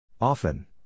Often